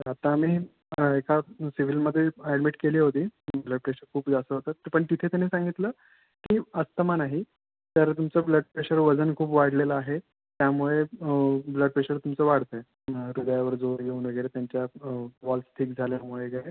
तर आत्ता आम्ही एका सिव्हिलमध्ये अॅडमिट केली होती ब्लड प्रेशर खूप जास्त होतं पण तिथे त्यांनी सांगितलं की अस्थमा नाही तर तुमचं ब्लड प्रेशर वजन खूप वाढलेलं आहे त्यामुळे ब्लड प्रेशर तुमचं वाढतं आहे हृदयावर जोर येऊन वगैरे त्यांच्या वॉल थिक झाल्यामुळे वगैरे